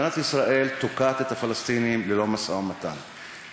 מדינת ישראל תוקעת את הפלסטינים ללא משא-ומתן,